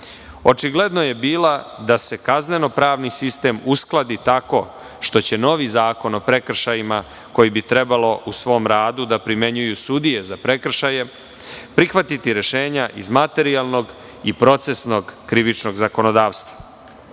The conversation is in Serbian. očigledno je bila da se kazneno-pravni sistem uskladi tako što će novi Zakon o prekršajima koju bi trebalo u svom radu da primenjuju sudije za prekršaje prihvatiti rešenja iz materijalnog i procesnog krivičnog zakonodavstva.Međutim,